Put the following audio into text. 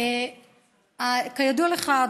כידוע לך,